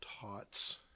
tots